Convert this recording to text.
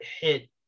hit